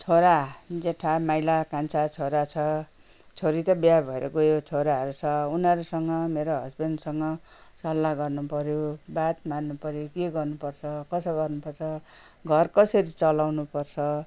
छोरा जेठा माइला कान्छा छोरा छ छोरी त बिहा भएर गयो छोराहरू छ उनीहरूसँग मेरो हसबेन्डसँग सल्लाह गर्नुपर्यो बात मार्नुपर्यो के गर्नुपर्छ कसो गर्नुपर्छ घर कसरी चलाउनुपर्छ